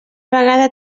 vegada